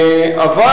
אבל,